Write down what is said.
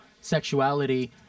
sexuality